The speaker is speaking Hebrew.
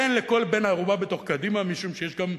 תן לכל בן-ערובה בתוך קדימה, משום שיש גם חברים,